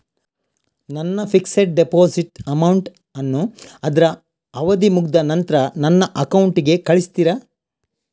ನನ್ನ fixed deposit amount ಅನ್ನು ಅದ್ರ ಅವಧಿ ಮುಗ್ದ ನಂತ್ರ ನನ್ನ ಅಕೌಂಟ್ ಗೆ ಕಳಿಸ್ತೀರಾ?